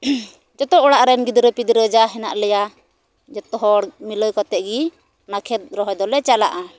ᱡᱚᱛᱚ ᱚᱲᱟᱜ ᱨᱮᱱ ᱜᱤᱫᱽᱨᱟᱹ ᱯᱤᱫᱽᱨᱟᱹ ᱡᱟ ᱦᱮᱱᱟᱜ ᱞᱮᱭᱟ ᱡᱚᱛᱚ ᱦᱚᱲ ᱢᱤᱞᱟᱹᱣ ᱠᱟᱛᱮ ᱜᱮ ᱚᱱᱟ ᱠᱷᱮᱛ ᱨᱚᱦᱚᱭ ᱫᱚᱞᱮ ᱪᱟᱞᱟᱜᱼᱟ